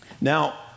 Now